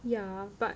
ya but